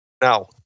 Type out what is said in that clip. now